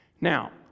Now